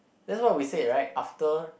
that's what we said right after